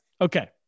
Okay